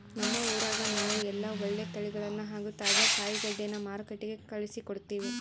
ನಮ್ಮ ಊರಗ ನಾವು ಎಲ್ಲ ಒಳ್ಳೆ ತಳಿಗಳನ್ನ ಹಾಗೂ ತಾಜಾ ಕಾಯಿಗಡ್ಡೆನ ಮಾರುಕಟ್ಟಿಗೆ ಕಳುಹಿಸಿಕೊಡ್ತಿವಿ